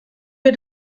wir